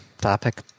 topic